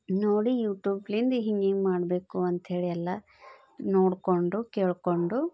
ನೋಡಿ ಯೂಟೂಬ್ದಿಂದ ಹಿಂಗಿಂಗೆ ಮಾಡಬೇಕು ಅಂಥೇಳಿ ಎಲ್ಲ ನೋಡಿಕೊಂಡು ಕೇಳಿಕೊಂಡು